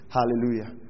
Hallelujah